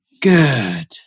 Good